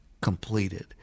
completed